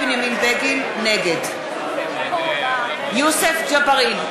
נגד יוסף ג'בארין,